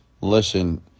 Listen